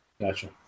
Gotcha